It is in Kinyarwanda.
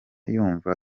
yumva